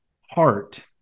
heart